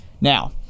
Now